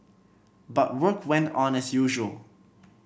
but work went on as usual